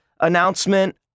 announcement